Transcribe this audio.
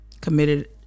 committed